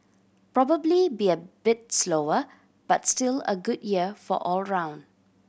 probably be a bit slower but still a good year all around